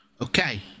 Okay